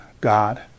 God